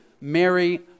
Mary